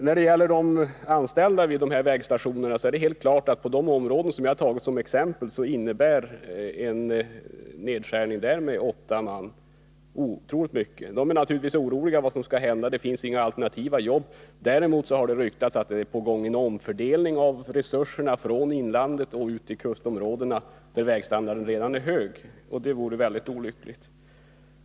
När det gäller de anställda vid vägstationerna är det helt klart att på de områden som jag har tagit som exempel innebär en nedskärning med åtta man otroligt mycket. De anställda är naturligtvis oroliga för vad som skall hända. Det finns inga alternativa jobb. Dessutom har det ryktats att en omfördelning av resurserna är på gång från inlandet ut till kustområdena, där vägstandarden redan är hög. Det vore mycket olyckligt.